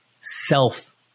self